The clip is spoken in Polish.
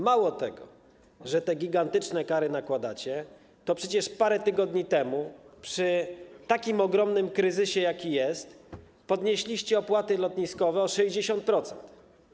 Mało tego, że te gigantyczne kary nakładacie, to przecież parę tygodni temu, przy takim ogromnym kryzysie, jaki jest, podnieśliście opłaty lotniskowe o 60%.